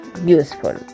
useful